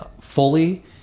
fully